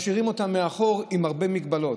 משאירים מאחור עם הרבה מגבלות.